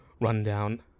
rundown